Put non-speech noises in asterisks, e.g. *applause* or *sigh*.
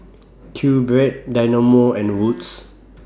QBread Dynamo and Wood's *noise*